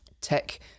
tech